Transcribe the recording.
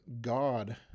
God